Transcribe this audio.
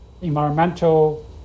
environmental